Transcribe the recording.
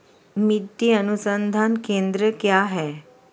मिट्टी अनुसंधान केंद्र कहाँ है?